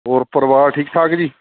ਹੋਰ ਪਰਿਵਾਰ ਠੀਕ ਠਾਕ ਜੀ